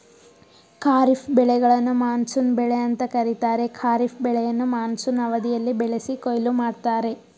ಖಾರಿಫ್ ಬೆಳೆಗಳನ್ನು ಮಾನ್ಸೂನ್ ಬೆಳೆ ಅಂತ ಕರೀತಾರೆ ಖಾರಿಫ್ ಬೆಳೆಯನ್ನ ಮಾನ್ಸೂನ್ ಅವಧಿಯಲ್ಲಿ ಬೆಳೆಸಿ ಕೊಯ್ಲು ಮಾಡ್ತರೆ